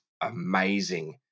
amazing